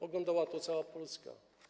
Oglądała to cała Polska.